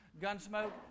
Gunsmoke